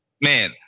man